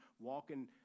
walking